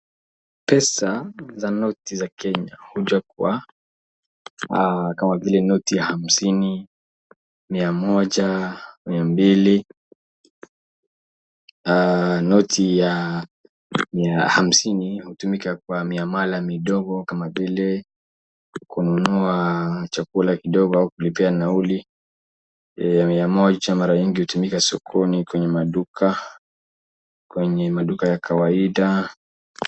Pesa za noti za Kenya huja kwa, kama vile noti ya hamsini, mia moja, mia mbili. Noti ya hamsini hutumika kwa miamala midogo kama vile kununua chakula kidogo au kulipia nauli. Ya mia moja mara mingi hutumika sukoni kwenye maduka, kwenye maduka ya kawaida.